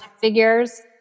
figures